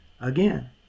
Again